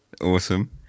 awesome